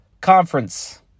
Conference